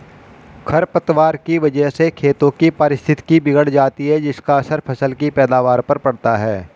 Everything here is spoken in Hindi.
खरपतवार की वजह से खेतों की पारिस्थितिकी बिगड़ जाती है जिसका असर फसल की पैदावार पर पड़ता है